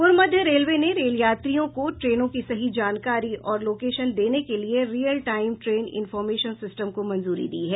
पूर्व मध्य रेलवे ने रेल यात्रियों को ट्रेनों की सही जानकारी और लोकेशन देने के लिए real time train information system को मंजूरी दी है